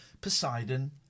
Poseidon